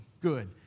good